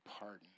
pardon